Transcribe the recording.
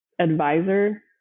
advisor